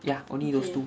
ya only those two